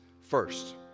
first